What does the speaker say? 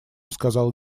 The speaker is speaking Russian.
сказал